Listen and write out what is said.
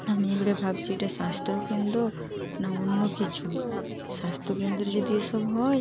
আমি এবারে ভাবছি এটা স্বাস্থ্যকেন্দ্র না অন্য কিছু স্বাস্থ্যকেন্দ্রে যদি এসব হয়